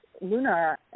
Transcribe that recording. Luna